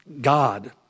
God